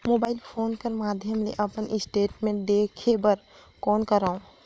Mobile phone कर माध्यम ले अपन स्टेटमेंट देखे बर कौन करों?